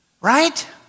right